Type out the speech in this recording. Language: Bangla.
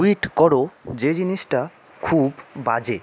টুইট করো যে জিনিসটা খুব বাজে